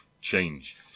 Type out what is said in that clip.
change